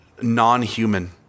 non-human